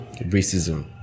racism